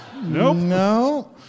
No